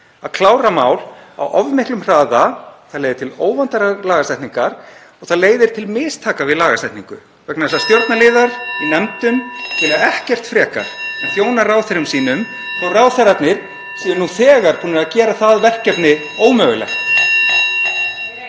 að klára mál á of miklum hraða. Það leiðir til óvandaðrar lagasetningar og það leiðir til mistaka við lagasetningu vegna þess að stjórnarliðar í nefndum vilja (Forseti hringir.) ekkert frekar en að þjóna ráðherrum sínum þótt ráðherrarnir séu nú þegar búnir að gera það verkefni ómögulegt.